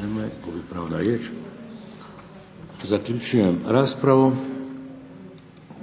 Nema je, gubi pravo na riječ. Zaključujem raspravu.